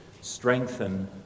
strengthen